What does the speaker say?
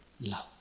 love